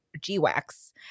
G-Wax